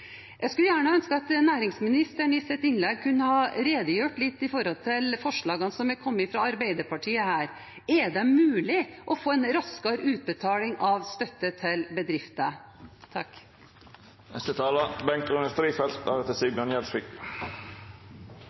Jeg skulle gjerne ønsket at næringsministeren i sitt innlegg kunne ha redegjort litt om forslagene som er kommet fra Arbeiderpartiet her. Er det mulig å få en raskere utbetaling av støtte til bedrifter?